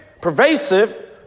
pervasive